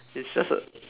it's just a